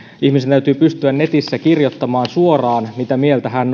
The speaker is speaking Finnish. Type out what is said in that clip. ihmisen täytyy pystyä netissä kirjoittamaan suoraan mitä mieltä hän